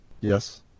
Yes